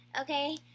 Okay